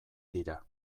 dira